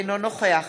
אינו נוכח